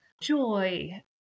joy